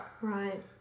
Right